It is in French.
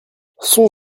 son